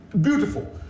Beautiful